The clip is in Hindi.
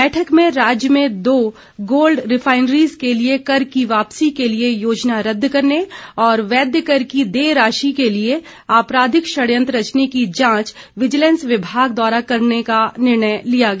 बैठक में राज्य में दो गोल्ड रिफाइनरीज के लिये कर की वापसी के लिये योजना रद्द करने और वैद्य कर की देय राशि के लिये आपराधिक षड्यंत्र रचने की जांच विजिलेंस विभाग द्वारा करने का निर्णय लिया गया